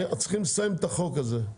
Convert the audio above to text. צריכים לסיים את החוק הזה.